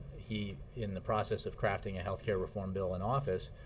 he, in the process of crafting a health care reform bill in office,